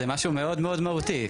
זה משהו מאוד מאוד מהותי.